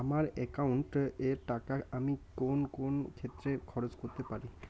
আমার একাউন্ট এর টাকা আমি কোন কোন ক্ষেত্রে খরচ করতে পারি?